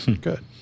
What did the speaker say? good